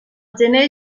gener